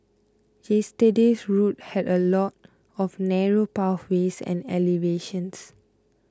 yesterday's route had a lot of narrow pathways and elevations